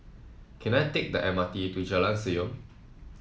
can I take the M R T to Jalan Senyum